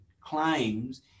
claims